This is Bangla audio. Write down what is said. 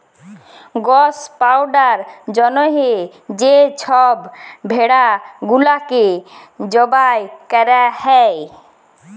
গস পাউয়ার জ্যনহে যে ছব ভেড়া গুলাকে জবাই ক্যরা হ্যয়